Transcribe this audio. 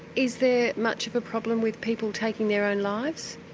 is there much of a problem with people taking their own lives?